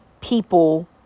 people